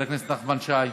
חבר הכנסת נחמן שי,